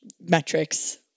metrics